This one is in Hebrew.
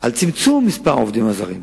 על צמצום מספר העובדים הזרים.